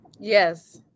Yes